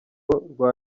rwa